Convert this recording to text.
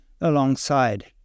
alongside